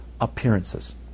appearances